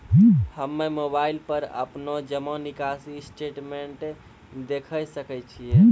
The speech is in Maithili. हम्मय मोबाइल पर अपनो जमा निकासी स्टेटमेंट देखय सकय छियै?